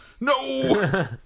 No